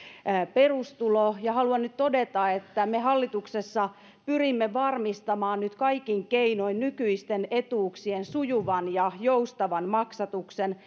perustulo haluan nyt todeta että me hallituksessa pyrimme varmistamaan nyt kaikin keinoin nykyisten etuuksien sujuvan ja joustavan maksatuksen